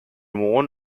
worn